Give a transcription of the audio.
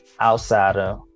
outsider